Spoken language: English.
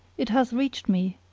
it hath reached me,